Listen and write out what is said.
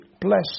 bless